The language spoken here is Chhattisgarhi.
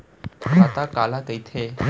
खाता काला कहिथे?